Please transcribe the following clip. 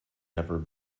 never